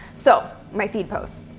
so my feed posts.